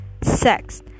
Sex